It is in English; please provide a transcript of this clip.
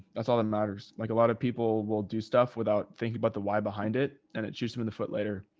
that's all that matters. like a lot of people will do stuff without thinking about the why behind it, and it shoots him in the foot later.